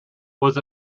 was